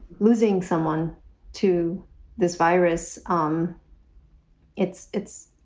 losing someone to this virus. um it's it's